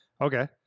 Okay